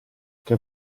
che